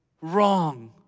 wrong